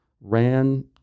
ran